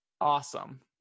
Awesome